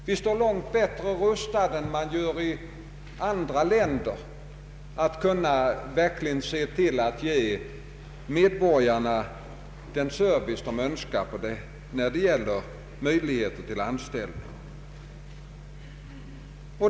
Vi står långt bättre rustade än man gör i andra länder när det gäller att ge medborgarna den service de önskar i fråga om möjligheter till anställning.